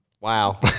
wow